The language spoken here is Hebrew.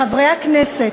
לחברי הכנסת,